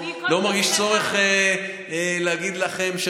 אני לא מרגיש צורך להסביר לכם,